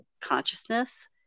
consciousness